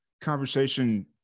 conversation